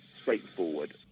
straightforward